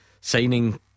Signing